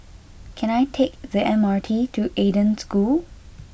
can I take the M R T to Eden School